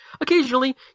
occasionally